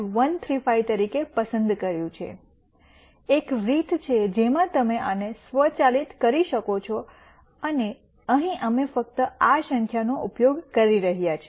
135 તરીકે પસંદ કર્યું છે એક રીત છે જેમાં તમે આને સ્વચાલિત કરી શકો છો અને અહીં અમે ફક્ત આ સંખ્યાનો ઉપયોગ કરી રહ્યા છીએ